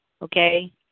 Okay